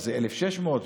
שזה 1,600,